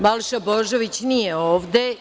Balša Božović nije ovde.